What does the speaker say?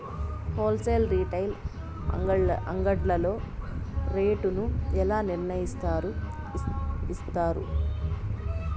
Whole sale retail అంగడ్లలో rate ను ఎలా నిర్ణయిస్తారు యిస్తారు?